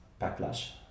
backlash